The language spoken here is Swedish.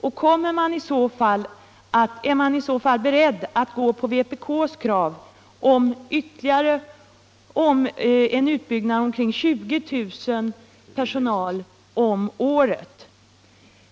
Och är man i så fall beredd att gå på vpk:s krav, alltså en utbyggnad som motsvarar omkring 20 000 tjänster om året?